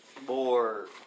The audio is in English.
more